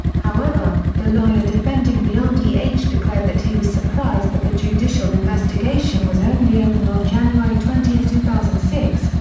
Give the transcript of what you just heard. however, the lawyer defending the ldh declared that he was surprised that the judicial investigation was only opened on january twenty, two thousand and six,